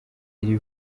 iri